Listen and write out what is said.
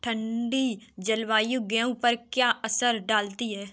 ठंडी जलवायु गेहूँ पर क्या असर डालती है?